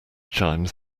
chimes